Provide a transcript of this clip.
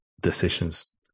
decisions